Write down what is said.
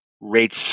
rates